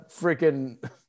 freaking